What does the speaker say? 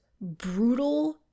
brutal